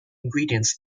ingredients